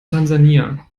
tansania